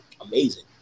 amazing